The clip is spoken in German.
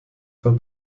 von